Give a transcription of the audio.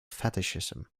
fetishism